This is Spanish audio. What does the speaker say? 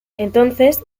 entonces